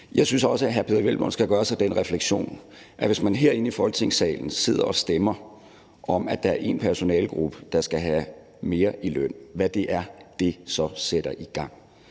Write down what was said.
Jeg synes også, at hr. Peder Hvelplund skal gøre sig den refleksion, at hvis man herinde i Folketingssalen sidder og stemmer om, at der er en personalegruppe, der skal have mere i løn, hvad det er, det så sætter i gang.